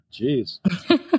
Jeez